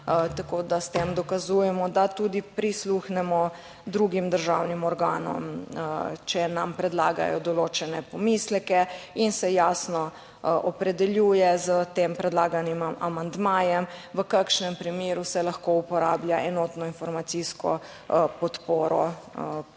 tako da s tem dokazujemo, da tudi prisluhnemo drugim državnim organom, če nam predlagajo določene pomisleke. In se jasno opredeljuje s tem predlaganim amandmajem, v kakšnem primeru se lahko uporablja enotno informacijsko podporo, predvsem